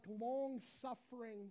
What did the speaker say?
long-suffering